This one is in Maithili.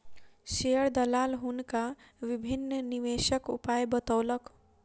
शेयर दलाल हुनका विभिन्न निवेशक उपाय बतौलक